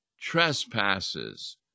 trespasses